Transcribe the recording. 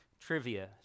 trivia